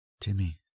Timmy